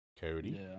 Cody